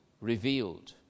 revealed